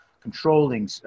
controlling